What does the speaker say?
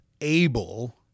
able